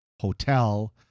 hotel